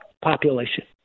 population